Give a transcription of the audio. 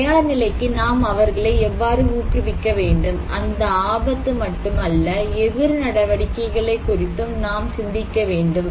தயார்நிலைக்கு நாம் அவர்களை எவ்வாறு ஊக்குவிக்க வேண்டும் அந்த ஆபத்து மட்டுமல்ல எதிர் நடவடிக்கைகளை குறித்தும் நாம் சிந்திக்க வேண்டும்